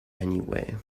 anyway